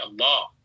Allah